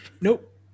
Nope